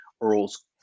earl's